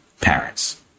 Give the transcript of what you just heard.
parents